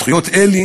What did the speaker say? התפתחויות אלה